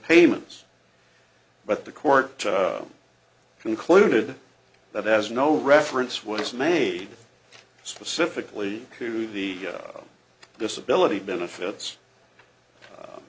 payments but the court concluded that as no reference was made specifically to the disability benefits